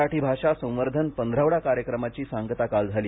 मराठी भाषा संवर्धन पंधरवडा कार्यक्रमाची सांगता काल झाली